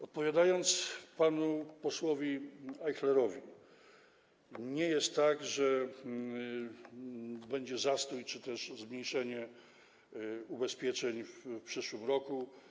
Odpowiadam panu posłowi Ajchlerowi: nie jest tak, że będzie zastój czy też zmniejszenie ubezpieczeń w przyszłym roku.